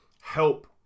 help